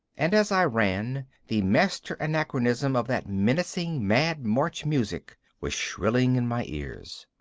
and as i ran, the master-anachronism of that menacing mad march music was shrilling in my ears.